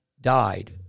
died